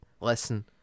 listen